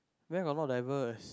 where got not diverse